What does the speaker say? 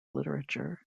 literature